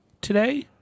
today